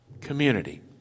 community